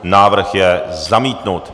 Návrh je zamítnut.